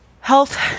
health